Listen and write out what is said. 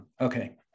okay